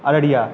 Araria